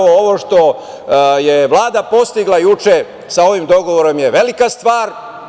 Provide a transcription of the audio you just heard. Ovo što je Vlada postigla juče sa ovim dogovorom je velika stvar.